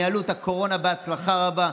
ניהלו את הקורונה בהצלחה רבה,